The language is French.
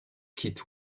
quitte